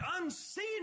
unseen